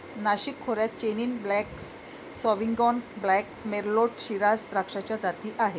नाशिक खोऱ्यात Chenin blanc, Sauvignon blanc, Merlot, Shiraz द्राक्षाच्या जाती आहेत